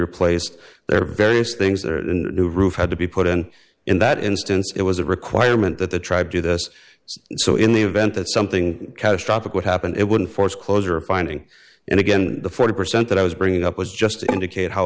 replaced there are various things that are new roof had to be put in in that instance it was a requirement that the tribe do this so in the event that something catastrophic would happen it wouldn't force closure finding and again the forty percent that i was bringing up was just to indicate how